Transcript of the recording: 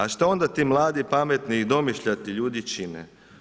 A šta onda ti mladi, pametni i domišljati ljudi čine?